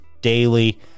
daily